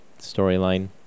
storyline